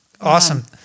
Awesome